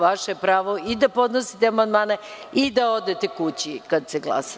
Vaše pravo je i da podnosite amandmane i da odete kući kada se glasa.